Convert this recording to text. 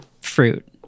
fruit